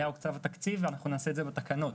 ואליה הוקצב התקציב נעשה את זה בתקנות.